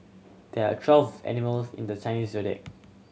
there are twelve animals in the Chinese Zodiac